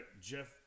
Jeff